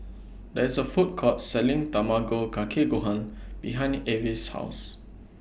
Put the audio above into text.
There IS A Food Court Selling Tamago Kake Gohan behind Avis' House